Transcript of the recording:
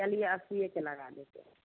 चलिए अस्सी के लगा देते हैं